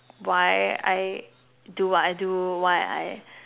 why I do what I do why I